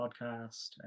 podcast